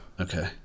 Okay